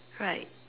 right